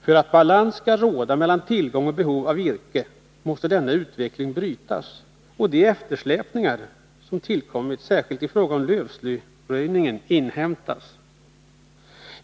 För att balans skall råda mellan tillgång och behov av virke måste denna utveckling brytas och de eftersläpningar som tillkommit särskilt ifråga om lövröjningen inhämtas.